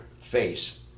face